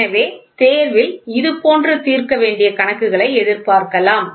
எனவே தேர்வில் இது போன்று தீர்க்கவேண்டிய கணக்குகளை எதிர்பார்க்கலாம்